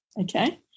Okay